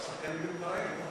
כי השחקנים מתפרעים.